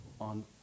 on